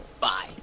bye